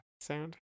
sound